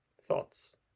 thoughts